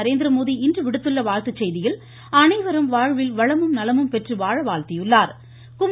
நரேந்திரமோடி இன்று விடுத்துள்ள வாழ்த்து செய்தியில் அனைவரும் வாழ்வில் வளமும் நலமும் பெற்று வாழ வாழ்த்தியுள்ளார்